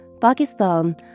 Pakistan